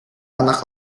anak